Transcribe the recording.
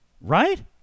right